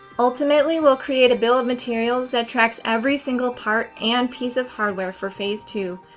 ultimately we'll create a bill of materials that tracks every single part and piece of hardware for phase two,